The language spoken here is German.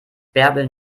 bärbel